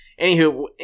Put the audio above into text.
anywho